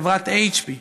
חברת HP,